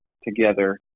together